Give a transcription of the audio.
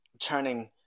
Turning